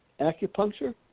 Acupuncture